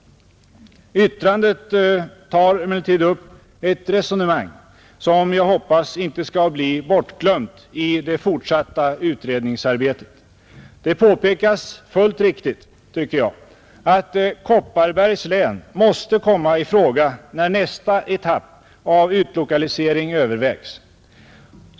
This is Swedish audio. Yttrandet tar emellertid upp ett resonemang som jag hoppas inte skall bli bortglömt i det fortsatta utredningsarbetet. Det påpekas fullt riktigt, tycker jag, att Kopparbergs län måste komma i fråga när nästa etapp av utlokalisering övervägs.